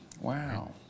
Wow